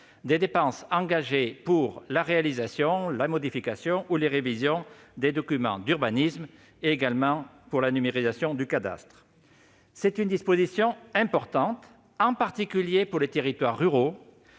des dépenses engagées pour la réalisation, la modification ou la révision des documents d'urbanisme, ainsi que pour la numérisation du cadastre. C'est une disposition importante, en particulier pour les territoires ruraux,